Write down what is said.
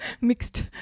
Mixed